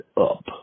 up